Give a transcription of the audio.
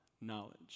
knowledge